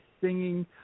singing